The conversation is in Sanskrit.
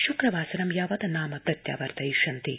श्क्रवासरं यावत् नाम प्रत्यावर्तयिष्यन्ते